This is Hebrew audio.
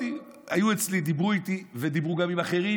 היו אצלי, דיברו איתי ודיברו גם עם אחרים